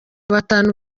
batanu